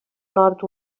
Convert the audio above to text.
nord